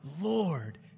Lord